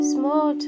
Small